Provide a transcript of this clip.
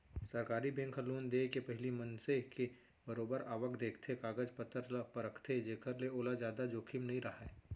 सरकारी बेंक ह लोन देय ले पहिली मनसे के बरोबर आवक देखथे, कागज पतर ल परखथे जेखर ले ओला जादा जोखिम नइ राहय